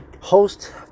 host